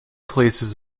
places